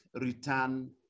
return